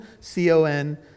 C-O-N